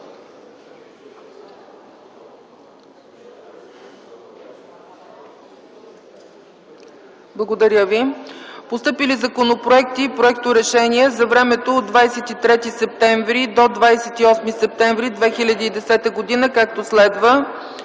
Съобщения. Постъпили са законопроекти и проекторешения за времето от 23 септември до 28 септември 2010 г., както следва: